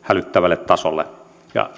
hälyttävälle tasolle